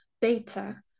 data